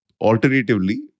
alternatively